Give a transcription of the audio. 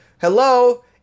hello